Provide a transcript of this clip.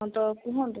ତ କୁହନ୍ତୁ